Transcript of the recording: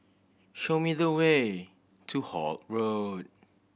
show me the way to Holt Road